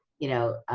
you know,